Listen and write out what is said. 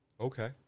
Okay